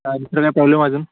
हां दुसरा काय प्रॉब्लेम अजून